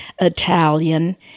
Italian